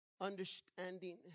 understanding